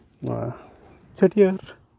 ᱱᱚᱣᱟ ᱪᱷᱟᱹᱴᱭᱟᱹᱨ